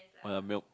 or their milk